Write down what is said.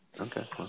Okay